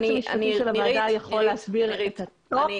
אני קובעת שכרגע הסעיף הזה יישאר עם סימן שאלה.